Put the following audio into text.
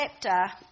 chapter